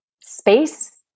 space